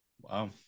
Wow